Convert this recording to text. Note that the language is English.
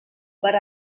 but